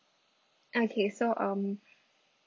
okay so um